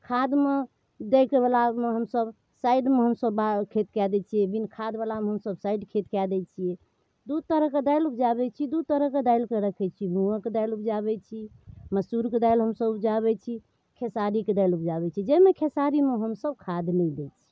खादमे दैकऽ बलामे हमसब साइडमे हमसब खेत कै दै छियै बिन खाद बलामे हमसब साइड खेत कै दै छियै दू तरहक दालि उपजाबैत छी दू तरहके दालिके रखैत छी मूँगके दालि उपजाबैत छी मसूरके दालि हमसब उपजाबैत छी खेसारीके दालि उपजाबै छी जाहिमे खेसारीमे हमसब खाद नहि दै छी